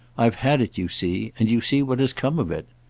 i've had it, you see, and you see what has come of it.